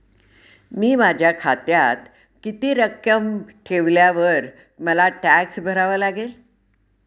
मी माझ्या खात्यात किती रक्कम ठेवल्यावर मला टॅक्स भरावा लागेल?